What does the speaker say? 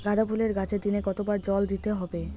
গাদা ফুলের গাছে দিনে কতবার জল দিতে হবে?